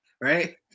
Right